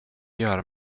göra